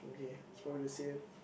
okay so it's the same